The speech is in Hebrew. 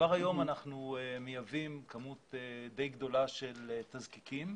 כבר היום אנחנו מייבאים כמות די גדולה של תזקיקים.